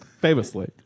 Famously